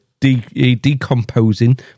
decomposing